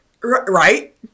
right